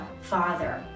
Father